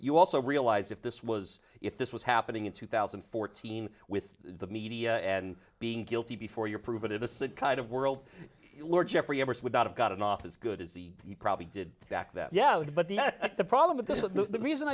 you also realize if this was if this was happening in two thousand and fourteen with the media and being guilty before your proven innocent kind of world jeffrey ebbers would not have gotten off as good as the he probably did back that yeah but the problem with this is the reason